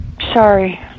Sorry